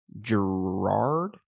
Gerard